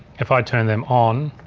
if i turn them on,